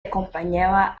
acompañaba